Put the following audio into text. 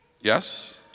Yes